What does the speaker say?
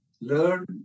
learn